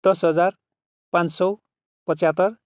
दस हजार पाँच सौ पचहत्तर